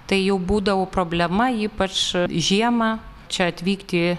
tai jau būdavo problema ypač žiemą čia atvykti